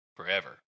forever